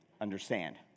Understand